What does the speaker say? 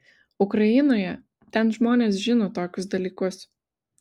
ukrainoje ten žmonės žino tokius dalykus